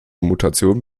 mutation